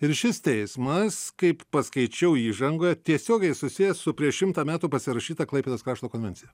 ir šis teismas kaip paskaičiau įžangoje tiesiogiai susijęs su prieš šimtą metų pasirašyta klaipėdos krašto konvencija